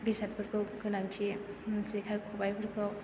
बेसादफोरखौ गोनांथि जेखाय खबायफोरखौ